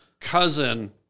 cousin